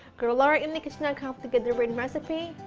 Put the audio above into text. go to laurainthekitchen dot com to get the written recipe,